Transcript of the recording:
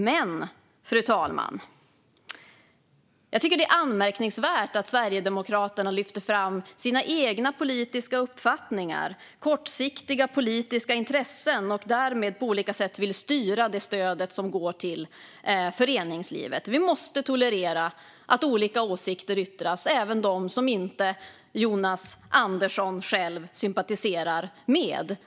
Men, fru talman, jag tycker att det är anmärkningsvärt att Sverigedemokraterna lyfter fram sina egna politiska uppfattningar, kortsiktiga politiska intressen, och därmed på olika sätt vill styra det stöd som går till föreningslivet. Vi måste tolerera att olika åsikter yttras, även de åsikter som inte Jonas Andersson själv sympatiserar med.